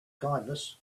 kindness